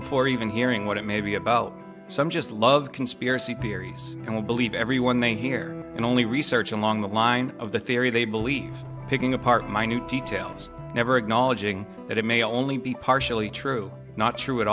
before even hearing what it may be about some just love conspiracy theories and will believe everyone they hear and only research along the line of the theory they believe picking apart minute details never acknowledge that it may only be partially true not true at